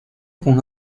con